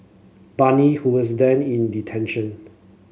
Bani who was then in detention